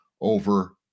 over